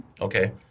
Okay